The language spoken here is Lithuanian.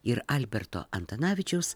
ir alberto antanavičiaus